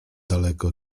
daleko